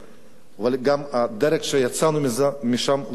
אבל גם הדרך שיצאנו משם לא היתה לי מובנת.